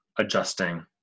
adjusting